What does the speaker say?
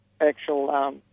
Actual